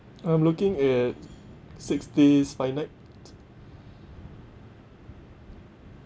I'm looking at six days five nights